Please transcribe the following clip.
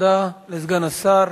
תודה לסגן השר.